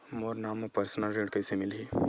मोर नाम म परसनल ऋण कइसे मिलही?